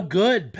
good